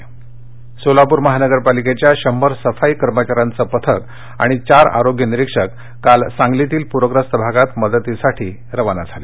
सोलापर मनपा सोलापूर महानगरपालिकेच्या शंभर सफाई कर्मचाऱ्यांचे पथक आणि चार आरोग्य निरीक्षक काल काल सांगलीतील पूरग्रस्त भागात मदतीसाठी रवाना झाले